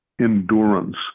endurance